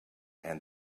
and